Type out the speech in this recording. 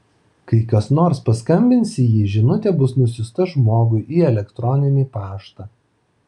kai kas nors paskambins į jį žinutė bus nusiųsta žmogui į elektroninį paštą